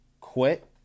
quit